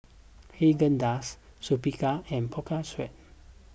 Haagen Dazs Superga and Pocari Sweat